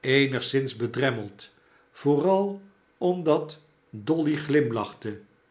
eenigszins bedremmeld vooral omdat doily glimlachte